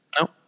No